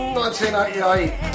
1988